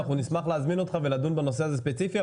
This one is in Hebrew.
אנחנו נשמח להזמין אותך ולדון בנושא הזה ספציפית.